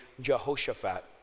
Jehoshaphat